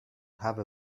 have